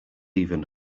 even